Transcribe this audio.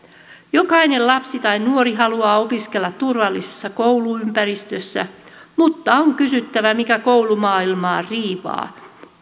jokainen lapsi ja nuori haluaa opiskella turvallisessa kouluympäristössä mutta on kysyttävä mikä koulumaailmaa riivaa